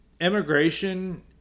immigration